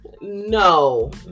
no